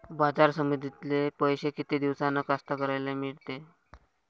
बाजार समितीतले पैशे किती दिवसानं कास्तकाराइले मिळते?